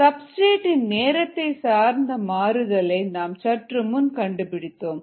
substrate இன் நேரத்தை சார்ந்த மாறுதலை நாம் சற்று முன் கண்டுபிடித்தோம்